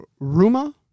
Ruma